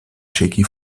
shaky